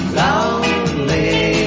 lonely